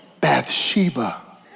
Bathsheba